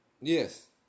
Yes